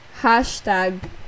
hashtag